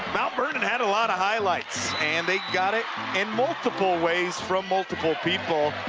mount vernon had a lot of highlights and they got it in multiple ways from multiple people.